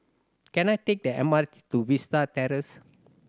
can I take the M R T to Vista Terrace